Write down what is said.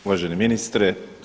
Uvaženi ministre.